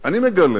אני מגלה